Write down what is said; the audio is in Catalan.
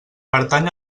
pertany